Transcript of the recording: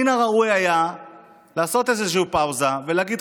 מן הראוי היה לעשות איזשהו פאוזה ולהגיד,